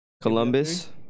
Columbus